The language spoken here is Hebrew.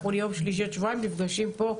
ביום שלישי בעוד שבועיים אנחנו נפגשים כאן